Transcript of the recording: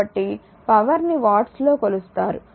కాబట్టి పవర్ ని వాట్స్లో కొలుస్తారు